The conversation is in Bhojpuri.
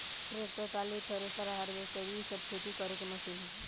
ट्रैक्टर, टाली, थरेसर आ हार्वेस्टर इ सब खेती करे के मशीन ह